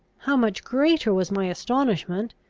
how much greater was my astonishment,